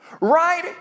right